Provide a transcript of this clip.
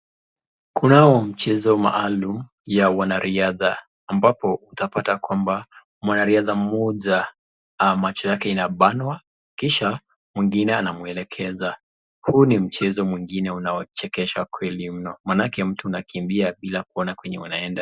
Kunao mchezo maalum wa wanariadha ambapo utapata kwamba mwanariadha mmoja macho yake inabanwa kisha mwingine anamwelekeza. Huu ni mchezo mwingine unaochekesha kweli mno maanake mtu anakimbia bila kuona kwenye wanaenda.